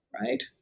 right